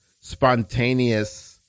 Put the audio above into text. spontaneous